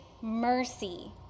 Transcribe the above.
mercy